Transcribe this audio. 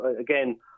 again